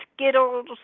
Skittles